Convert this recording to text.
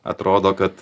atrodo kad